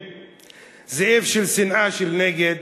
זאב של שנאה, של נגד,